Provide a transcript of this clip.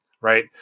right